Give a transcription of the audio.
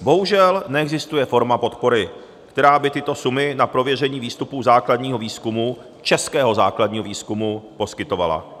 Bohužel neexistuje forma podpory, která by tyto sumy na prověření výstupů základního výzkumu českého základního výzkumu poskytovala.